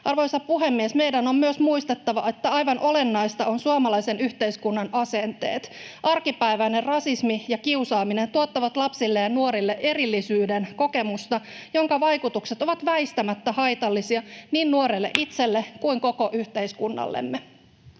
Arvoisa puhemies! Meidän on myös muistettava, että aivan olennaista on suomalaisen yhteiskunnan asenteet. Arkipäiväinen rasismi ja kiusaaminen tuottavat lapsille ja nuorille erillisyyden kokemusta, jonka vaikutukset ovat väistämättä haitallisia niin nuorelle itselleen kuin koko yhteiskunnallemme.